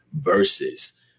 versus